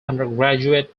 undergraduate